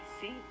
see